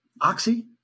oxy